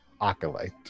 acolyte